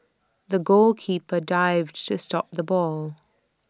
the goalkeeper dived to stop the ball